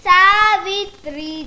Savitri